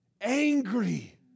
angry